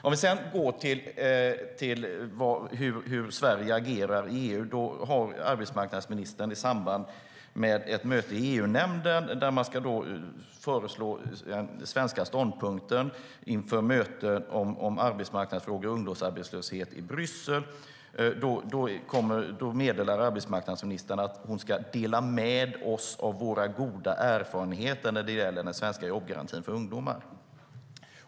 Om vi sedan går till hur Sverige agerar i EU har arbetsmarknadsministern i samband med ett möte i EU-nämnden, där man ska föreslå den svenska ståndpunkten inför mötet om arbetsmarknadsfrågor och ungdomsarbetslöshet i Bryssel, meddelat att hon ska dela med sig av våra goda erfarenheter när det gäller den svenska jobbgarantin för ungdomar.